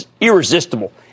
irresistible